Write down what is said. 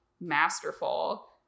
masterful